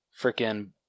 freaking